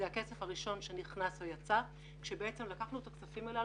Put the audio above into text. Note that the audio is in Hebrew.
זה הכסף הראשון שנכנס או יצא כאשר בעצם לקחנו את הכספים האלה